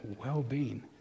well-being